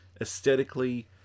aesthetically